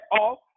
off